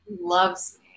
loves